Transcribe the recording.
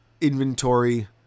inventory